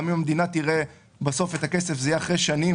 גם אם המדינה תראה בסוף את הכסף זה יהיה אחרי שנים,